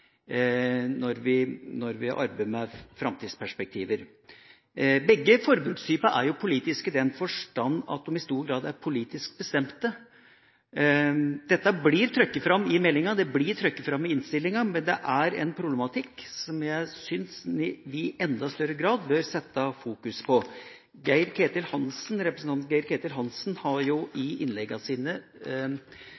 når vi arbeider med framtidsperspektiver. Begge forbrukstypene er politiske i den forstand at de i stor grad er politisk bestemt. Dette blir trukket fram i meldinga, og det blir trukket fram i innstillinga, men det er en problematikk som jeg syns vi i enda større grad bør fokusere på. Representanten Geir-Ketil Hansen har i